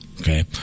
Okay